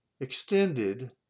extended